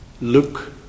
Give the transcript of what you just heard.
look